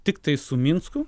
tiktai su minsku